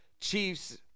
Chiefs